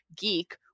geek